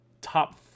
top